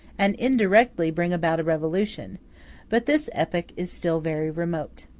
and indirectly bring about a revolution but this epoch is still very remote.